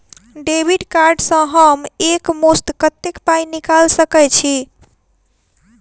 Debit card सँ हम एक मुस्त कत्तेक पाई निकाल सकय छी?